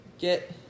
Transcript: get